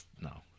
No